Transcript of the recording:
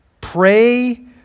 Pray